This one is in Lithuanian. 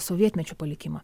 sovietmečio palikimą